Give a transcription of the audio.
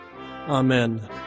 Amen